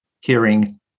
hearing